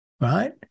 right